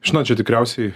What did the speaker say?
žinot čia tikriausiai